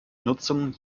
nutzung